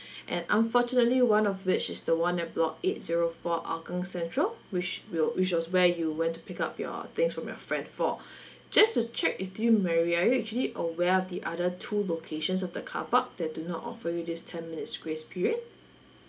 and unfortunately one of which is the one at block eight zero four hougang central which will which was where you went to pick up your things from your friend for just to check with you mary are you actually aware of the other two locations of the carpark that do not offer you this ten minutes grace period